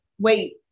wait